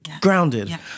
grounded